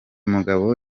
mugabo